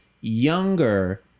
younger